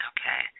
Okay